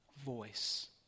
Voice